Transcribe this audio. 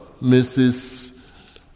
Mrs